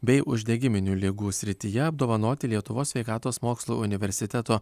bei uždegiminių ligų srityje apdovanoti lietuvos sveikatos mokslų universiteto